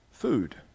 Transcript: food